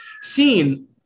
seen